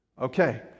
Okay